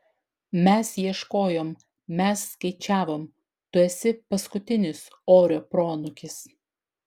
mes ieškojom mes skaičiavom tu esi paskutinis orio proanūkis